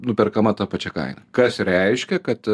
nuperkama ta pačia kaina kas reiškia kad